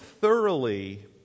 thoroughly